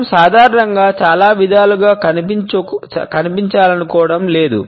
మనం సాధారణంగా చాలా విధాలుగా కనిపించాలనుకోవడం లేదు